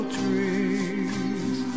trees